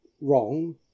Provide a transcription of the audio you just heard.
wrong